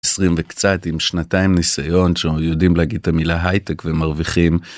עשרים וקצת, עם שנתיים ניסיון, ש... יודעים להגיד את המילה הייטק ומרוויחים...